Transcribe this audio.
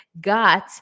got